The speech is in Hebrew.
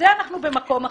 בזה אנחנו במקום אחר.